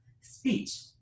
speech